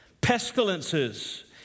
pestilences